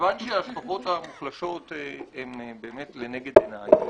כיוון שהשכבות המוחלשות הן באמת לנגד עיניי,